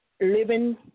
Living